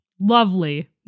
Lovely